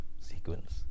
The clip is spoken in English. Sequence